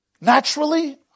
Naturally